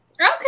Okay